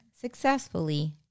successfully